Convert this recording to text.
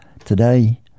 Today